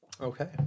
Okay